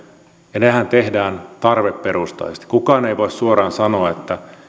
ja nehän tehdään tarveperustaisesti kukaan ei voi suoraan sanoa